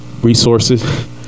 resources